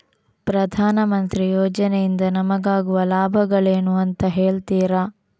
ಪ್ರಧಾನಮಂತ್ರಿ ಯೋಜನೆ ಇಂದ ನಮಗಾಗುವ ಲಾಭಗಳೇನು ಅಂತ ಹೇಳ್ತೀರಾ?